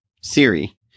Siri